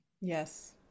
yes